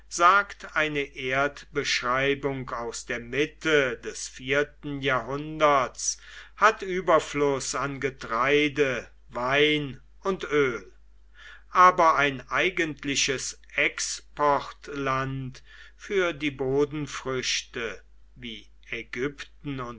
sagt eine erdbeschreibung aus der mitte des vierten jahrhunderts hat überfluß an getreide wein und öl aber ein eigentliches exportland für die bodenfrüchte wie ägypten